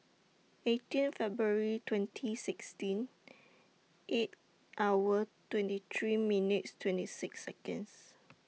eighteen February twenty sixteen eight hour twenty three minutes twenty six Seconds